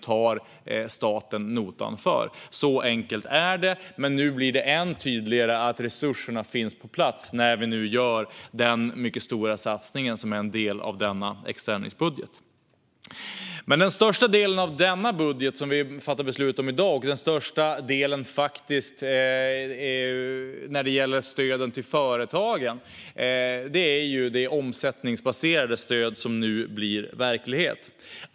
När vi nu gör den mycket stora satsning som är en del av denna extra ändringsbudget blir det än tydligare att resurserna finns på plats. Den största delen av den budget vi ska fatta beslut om i dag, och faktiskt den största delen när det gäller stöden till företagen, gäller det omsättningsbaserade stöd som nu blir verklighet.